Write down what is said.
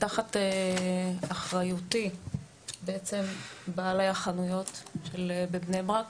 תחת אחריותי בעצם בעלי החנויות בבני ברק.